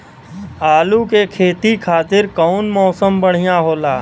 आलू के खेती खातिर कउन मौसम बढ़ियां होला?